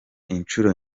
inshuro